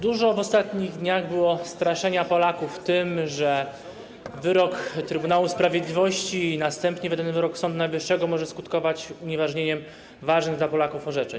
Dużo w ostatnich dniach było straszenia Polaków tym, że wyrok Trybunału Sprawiedliwości i następnie wydany wyrok Sądu Najwyższego mogą skutkować unieważnieniem istotnych dla Polaków orzeczeń.